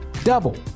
Double